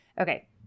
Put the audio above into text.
Okay